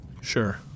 Sure